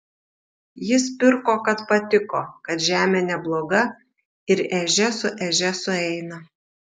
jis pirko kad patiko kad žemė nebloga ir ežia su ežia sueina